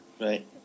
Right